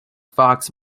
fox